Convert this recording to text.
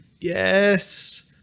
yes